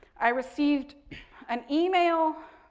i received an email,